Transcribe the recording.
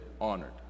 honored